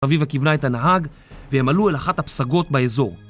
חביבה כיוונה את הנהג, והם עלו אל אחת הפסגות באזור.